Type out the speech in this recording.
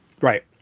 Right